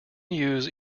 use